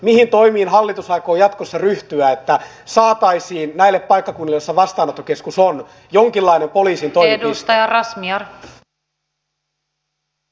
mihin toimiin hallitus aikoo jatkossa ryhtyä että saataisiin näille paikkakunnille joissa vastaanottokeskus on jonkinlainen poliisin toimipiste